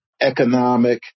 economic